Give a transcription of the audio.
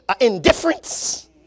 indifference